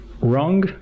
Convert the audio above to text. wrong